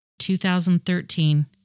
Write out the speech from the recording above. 2013